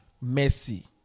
mercy